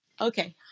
okay